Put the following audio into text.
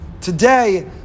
Today